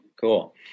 cool